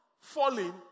falling